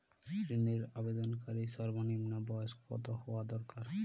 ঋণের আবেদনকারী সর্বনিন্ম বয়স কতো হওয়া দরকার?